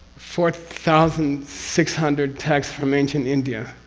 four thousand six hundred texts from ancient india.